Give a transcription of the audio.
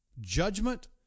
judgment